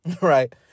Right